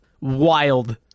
wild